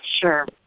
Sure